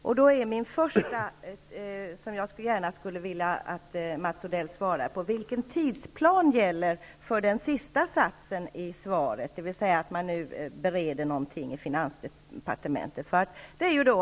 Min första fråga, som jag gärna skulle vilja att Mats Odell svarar på, är: Vilken tidsplan gäller angående den sista satsen i svaret, där det sägs att frågan bereds i finansdepartementet?